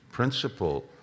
Principle